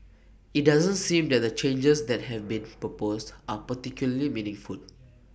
IT doesn't seem that the changes that have been proposed are particularly meaningful